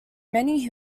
many